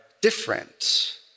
different